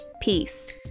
Peace